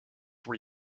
were